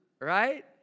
Right